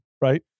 right